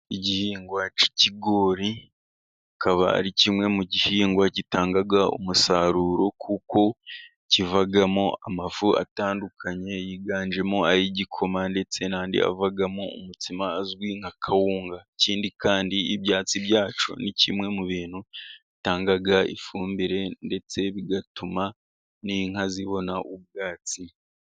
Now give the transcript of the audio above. Igihingwa cy'ikigori, kikaba ari kimwe mu gihingwa gitanga umusaruro, kuko kivamo amavu atandukanye, yiganjemo ay'igikoma ndetse n'andi, avamo umutsima azwi nka kawunga, ikindi kandibyatsi byacu ni kimwe mu bintu bitanga ifumbire, ndetse bigatuma n'inka zibona ubwatsi.